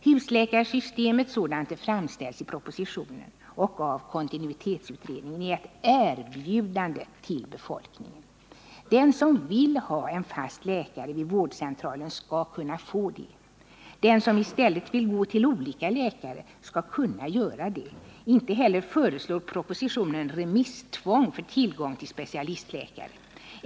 Husläkarsystemet sådant det framställs i propositionen och av kontinuitetsutredningen är ett erbjudande till befolkningen. Den som vill ha en fast läkare vid vårdcentralen skall kunna få det. Den som i stället vill gå till olika läkare skall kunna göra det. Inte heller föreslår propositionen remisstvång för tillgång till specialistläkare.